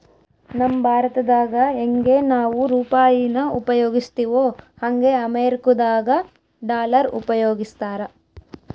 ನಮ್ ಭಾರತ್ದಾಗ ಯಂಗೆ ನಾವು ರೂಪಾಯಿನ ಉಪಯೋಗಿಸ್ತಿವೋ ಹಂಗೆ ಅಮೇರಿಕುದಾಗ ಡಾಲರ್ ಉಪಯೋಗಿಸ್ತಾರ